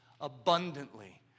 abundantly